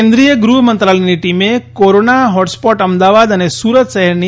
કેન્દ્રીય ગૃહમંત્રાલયની ટીમે કોરોનાના હોટસ્પોટ અમદાવાદ અને સુરત શહેરની